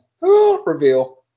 reveal